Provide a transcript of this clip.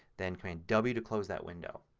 then command w to close that window.